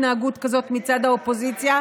אף פעם לא הייתה התנהגות כזאת מצד האופוזיציה,